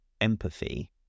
empathy